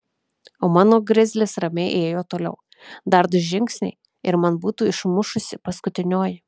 o mano grizlis ramiai ėjo toliau dar du žingsniai ir man būtų išmušusi paskutinioji